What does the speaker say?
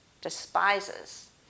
Despises